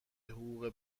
حقوق